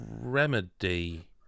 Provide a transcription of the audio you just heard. Remedy